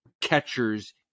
catchers